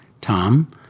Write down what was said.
Tom